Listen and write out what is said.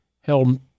held